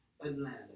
Atlanta